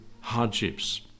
hardships